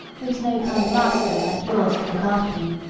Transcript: there was no kind master like yours to look after me,